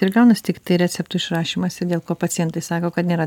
ir gaunas tiktai receptų išrašymas ir dėl ko pacientai sako kad nėra